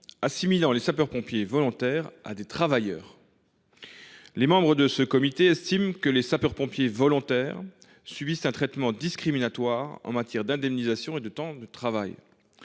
assimilant les sapeurs pompiers volontaires à des travailleurs. Les membres de ce comité estiment que les sapeurs pompiers volontaires subissent un traitement discriminatoire en matière d’indemnisation et de temps de travail.